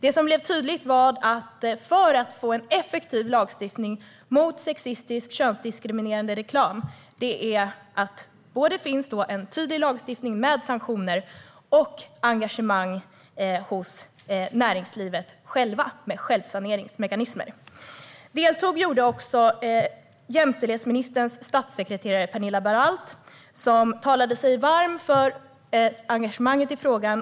Det som blev tydligt var att för att få en effektiv lagstiftning mot sexistisk, könsdiskriminerande reklam måste det finnas en tydlig lagstiftning med sanktioner och ett engagemang hos näringslivet självt med självsaneringsmekanismer. Deltog gjorde också jämställdhetsministerns statssekreterare Pernilla Baralt, som talade sig varm för engagemanget i frågan.